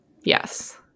Yes